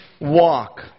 walk